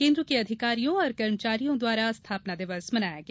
केन्द्र के अधिकारियों और कर्मचारियों द्वारा स्थापना दिवस मनाया गया